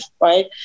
Right